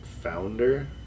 Founder